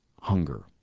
hunger